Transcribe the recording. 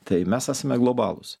tai mes esame globalūs